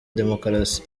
demokarasi